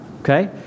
Okay